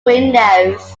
windows